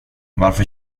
varför